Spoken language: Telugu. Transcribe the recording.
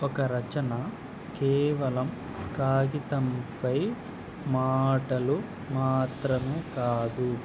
ఒక రచన కేవలం కాగితంపై మాటలు మాత్రమే కాదు